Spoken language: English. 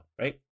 right